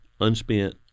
unspent